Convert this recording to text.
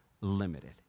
limited